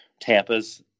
Tampa's